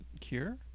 Cure